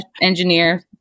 engineer